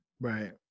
right